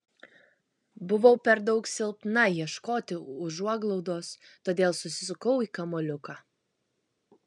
buvau per daug silpna ieškoti užuoglaudos todėl susisukau į kamuoliuką